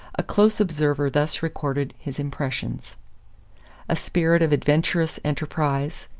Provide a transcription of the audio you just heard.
a close observer thus recorded his impressions a spirit of adventurous enterprise,